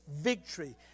victory